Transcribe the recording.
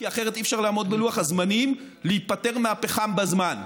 כי אחרת אי-אפשר לעמוד בלוח הזמנים להיפטר מהפחם בזמן.